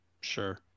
Sure